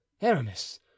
aramis